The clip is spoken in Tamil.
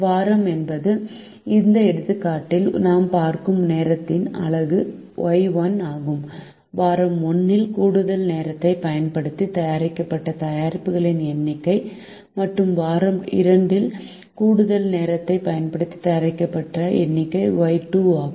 வாரம் என்பது இந்த எடுத்துக்காட்டில் நாம் பார்க்கும் நேரத்தின் அலகு Y1 ஆகும் வாரம் 1 இல் கூடுதல் நேரத்தைப் பயன்படுத்தி தயாரிக்கப்பட்ட தயாரிப்புகளின் எண்ணிக்கை மற்றும் வாரம் 2 இல் கூடுதல் நேரத்தைப் பயன்படுத்தி தயாரிக்கப்பட்ட தயாரிப்புகளின் எண்ணிக்கை Y2 ஆகும்